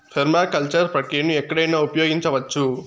permaculture ప్రక్రియను ఎక్కడైనా ఉపయోగించవచ్చు